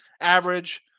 average